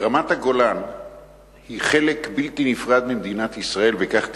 רמת-הגולן היא חלק בלתי נפרד ממדינת ישראל וכך תישאר.